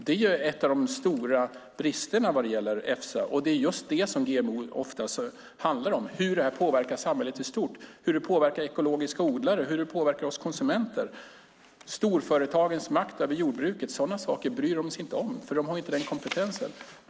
Det är en av de stora bristerna vad gäller Efsa, och det är just det som GMO ofta handlar om: hur det här påverkar samhället i stort, hur det påverkar ekologiska odlare och hur det påverkar oss konsumenter. Storföretagens makt över jordbruket och sådana saker bryr de sig inte om, för de har inte den kompetensen.